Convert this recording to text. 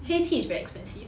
Heytea is very expensive